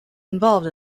involved